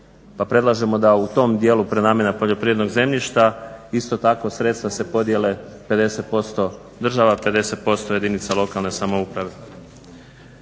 predlažemo da u tom dijelu prenamjena poljoprivrednog zemljišta isto tako se sredstva podjele 50% država, 50% jedinice lokalne samouprave.